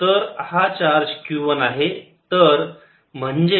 तर हा charge q 1 आहे